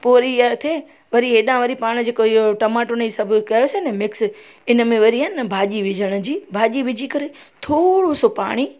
पोइ वरी इआ थिए वरी हेॾा वरी पाणि जेको इहो टमाटो अने ई सभु कयोसीं न मिक्स हिन में वरी आहे न भाॼी विझण जी भाॼी विझी करे थोरो सो पाणी